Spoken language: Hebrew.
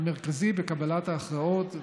המרכזי בקבלת ההכרעות,